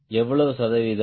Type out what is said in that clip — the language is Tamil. எவ்வளவு சதவீதம்